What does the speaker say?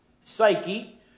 psyche